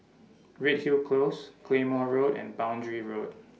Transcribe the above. Redhill Close Claymore Road and Boundary Road